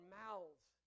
mouths